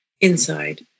inside